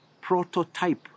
prototype